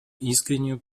искреннюю